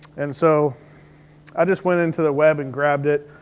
and so i just went into the web and grabbed it.